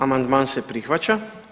Amandman se prihvaća.